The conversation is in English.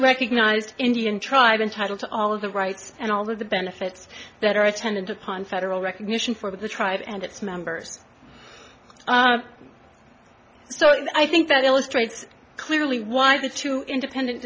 recognized indian tribe entitled to all of the rights and all of the benefits that are attendant upon federal recognition for the tribe and its members so i think that illustrates clearly why the two independent